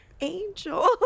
Angel